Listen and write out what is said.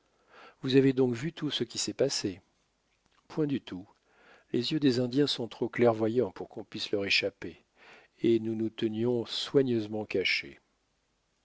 vous avez donc vu tout ce qui s'est passé point du tout les yeux des indiens sont trop clairvoyants pour qu'on puisse leur échapper et nous nous tenions soigneusement cachés